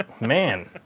Man